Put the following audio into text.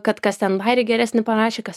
kad kas ten bajerį geresnį parašė kas